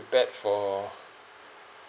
pared for